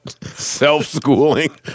Self-schooling